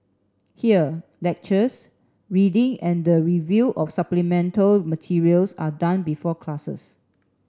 here lectures reading and the review of supplemental materials are done before classes